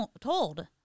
told